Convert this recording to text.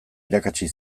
irakatsi